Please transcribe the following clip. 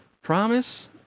Promise